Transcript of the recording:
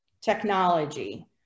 technology